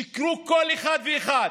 שיקרו כל אחד ואחד.